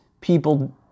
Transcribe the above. People